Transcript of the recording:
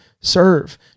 serve